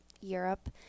Europe